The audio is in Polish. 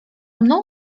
mną